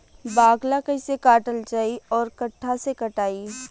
बाकला कईसे काटल जाई औरो कट्ठा से कटाई?